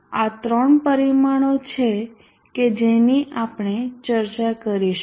આ 3 પરિમાણો છે કે જેની આપણે ચર્ચા કરીશું